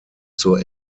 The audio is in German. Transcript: zur